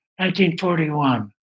1941